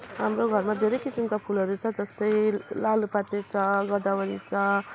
हाम्रो घरमा धेरै किसिमका फुलहरू छ जस्तै लालुपाते छ गोदावरी छ